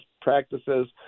practices